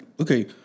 Okay